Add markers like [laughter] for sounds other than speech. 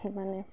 [unintelligible]